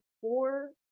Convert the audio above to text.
four